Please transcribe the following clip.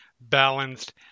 balanced